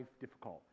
difficult